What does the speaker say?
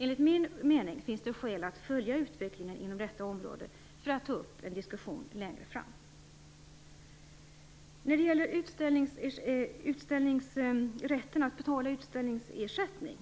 Enligt min mening finns det skäl att följa utvecklingen inom detta område för att ta upp en diskussion längre fram. När det gäller rätten att betala utställningsersättning